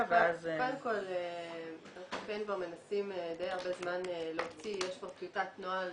אנחנו מנסים הרבה זמן להוציא יש כבר טיוטת נוהל